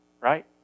right